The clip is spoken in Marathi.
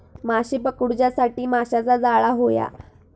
माशे पकडूच्यासाठी माशाचा जाळां होया